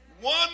One